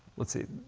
let's see.